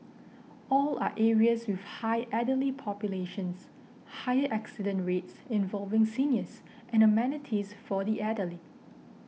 all are areas with high elderly populations higher accident rates involving seniors and amenities for the elderly